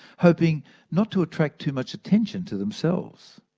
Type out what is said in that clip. hoping not to attract too much attention to themselves.